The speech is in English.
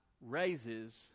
raises